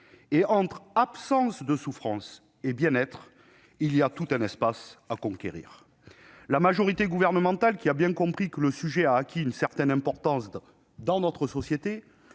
Or, entre l'absence de souffrance et le bien-être, il y a tout un espace à conquérir. La majorité gouvernementale, qui a bien compris que le sujet avait pris une certaine importance dans notre société,